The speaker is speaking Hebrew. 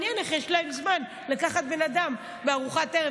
מעניין איך יש להם זמן לקחת בן אדם מארוחת ערב,